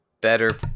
better